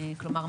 כלומר,